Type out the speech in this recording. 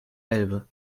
elbe